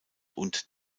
und